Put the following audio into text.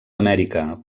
amèrica